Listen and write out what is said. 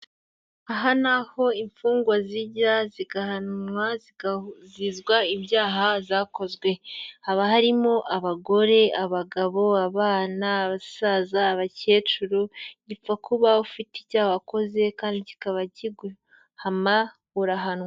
Aha ni aho imfungwa zijya zigahanwa, zikazizwa ibyaha zakozwe, haba harimo abagore, abagabo, abana, abasaza, abakecuru, gipfa kuba ufite icyaha wakoze kandi kikaba kiguhama urahanwa.